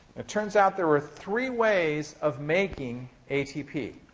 it turns out there are three ways of making atp.